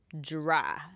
dry